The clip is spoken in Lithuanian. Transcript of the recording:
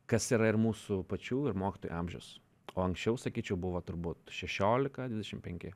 kas yra ir mūsų pačių ir mokytojų amžius o anksčiau sakyčiau buvo turbūt šešiolika dvidešim penki